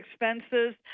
expenses